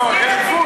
יש גבול,